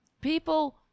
People